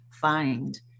find